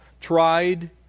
tried